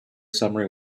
summary